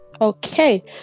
Okay